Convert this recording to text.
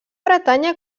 bretanya